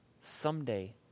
Someday